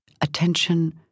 attention